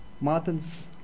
Martin's